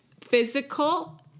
physical